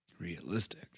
Realistic